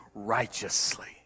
righteously